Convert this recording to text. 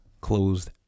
closed